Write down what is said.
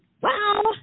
wow